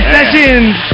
Sessions